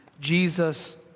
Jesus